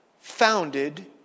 founded